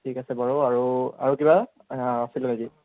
ঠিক আছে বাৰু আৰু আৰু কিবা আছিল নেকি